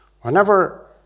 whenever